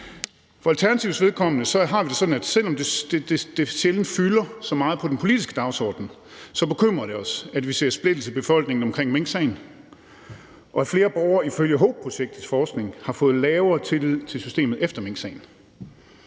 For Alternativets vedkommende har vi det sådan, at selv om det sjældent fylder så meget på den politiske dagsorden, bekymrer det os, at vi ser splittelse i befolkningen omkring minksagen, og at flere borgere ifølge HOPE-projektets forskning har fået lavere tillid til systemet efter minksagen.